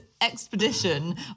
expedition